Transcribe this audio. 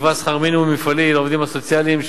נקבע שכר מינימום מפעלי לעובדים הסוציאליים,